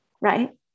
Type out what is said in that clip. Right